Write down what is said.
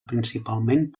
principalment